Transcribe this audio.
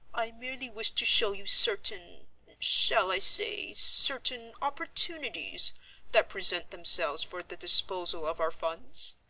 i merely wish to show you certain shall i say certain opportunities that present themselves for the disposal of our funds?